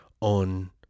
on